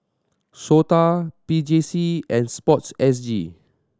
SOTA P J C and Sport S G